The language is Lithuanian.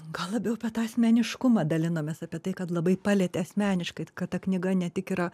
gal labiau apie tą asmeniškumą dalinamės apie tai kad labai palietė asmeniškai kad ta knyga ne tik yra